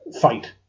fight